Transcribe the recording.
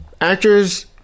Actors